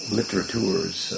literatures